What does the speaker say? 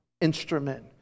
instrument